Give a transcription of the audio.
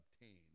obtain